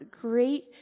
great